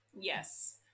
yes